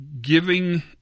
giving